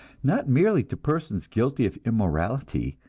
not merely to persons guilty of immorality,